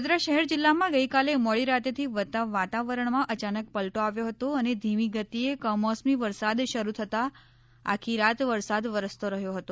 વડોદરા શહેર જિલ્લામાં ગઈકાલે મોડીરાતેથી વાતાવરણમાં અયાનક પલટો આવ્યો હતો અને ધીમી ગતિએ કમોસમી વરસાદ શરૂ થતા આખી રાત વરસાદ વરસતો રહ્યો હતો